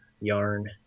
yarn